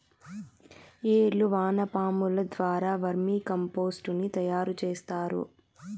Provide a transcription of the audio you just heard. ఏర్లు వానపాముల ద్వారా వర్మి కంపోస్టుని తయారు చేస్తారు